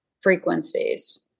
frequencies